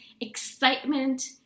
excitement